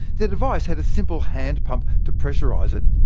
their device had a simple hand pump to pressurize it,